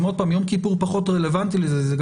יום כיפור פחות רלוונטי לזה,